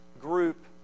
group